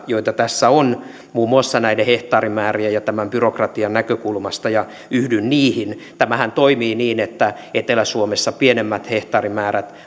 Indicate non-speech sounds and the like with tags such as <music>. joita tässä on muun muassa näiden hehtaarimäärien ja tämän byrokratian näkökulmasta ja yhdyn niihin tämähän toimii niin että etelä suomessa pienemmät hehtaarimäärät <unintelligible>